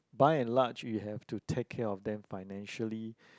by and large you have to take care of them financially